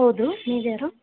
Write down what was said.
ಹೌದು ನೀವು ಯಾರು